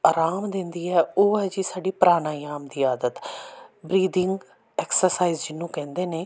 ਆਰਾਮ ਦਿੰਦੀ ਹੈ ਉਹ ਹੈ ਜੀ ਸਾਡੀ ਪ੍ਰਾਣਾਯਾਮ ਦੀ ਆਦਤ ਬਰੀਦਿੰਗ ਐਕਸਰਸਾਈਜ ਜਿਹਨੂੰ ਕਹਿੰਦੇ ਨੇ